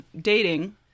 Dating